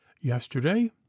yesterday